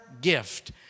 gift